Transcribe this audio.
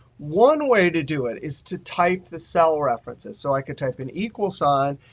one way to do it is to type the cell references. so i could type an equals sign.